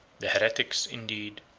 the heretics, indeed,